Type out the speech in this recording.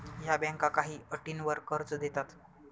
या बँका काही अटींवर कर्ज देतात